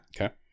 Okay